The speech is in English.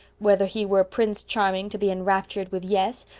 whether he were prince charming to be enraptured with yes,